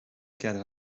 cadre